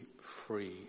free